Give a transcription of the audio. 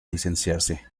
licenciarse